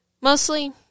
mostly